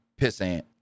pissant